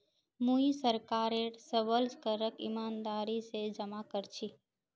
मुई सरकारेर सबल करक ईमानदारी स जमा कर छी